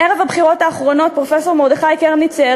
ערב הבחירות האחרונות פרופסור מרדכי קרמניצר